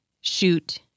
shoot